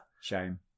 Shame